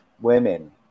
women